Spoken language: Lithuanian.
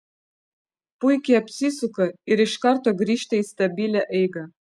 puikiai apsisuka ir iš karto grįžta į stabilią eigą